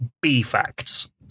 B-Facts